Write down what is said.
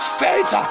faith